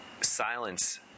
silence